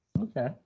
Okay